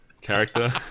character